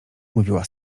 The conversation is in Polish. mówiła